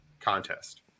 contest